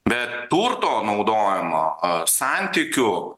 bet turto naudojimo santykių